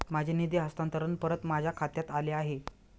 माझे निधी हस्तांतरण परत माझ्या खात्यात आले आहे